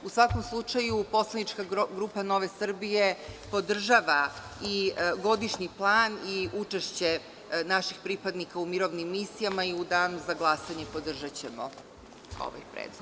U svakom slučaju, poslanička grupa Nove Srbije podržava i Godišnji plan i učešće naših pripadnika u mirovnim misijama i u Danu za glasanje podržaćemo ovaj predlog.